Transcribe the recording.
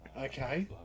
Okay